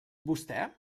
vostè